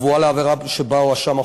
הקבועה לעבירה שבה הואשם החולה.